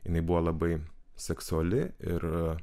jinai buvo labai seksuali ir